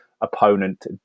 opponent